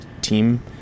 team